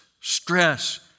stress